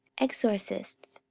exorcists,